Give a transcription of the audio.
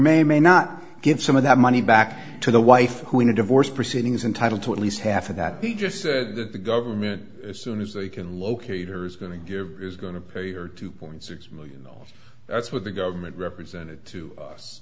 or may not give some of that money back to the wife who in a divorce proceedings entitle to at least half of that he just said that the government as soon as they can locate her is going to give is going to pay are two point six million dollars that's what the government represented to us